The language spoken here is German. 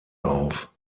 auf